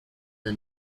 the